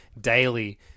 daily